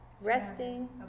Resting